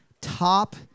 top